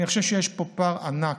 אני חושב שיש פער ענק,